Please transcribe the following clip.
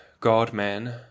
God-man